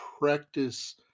practice